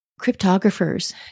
Cryptographers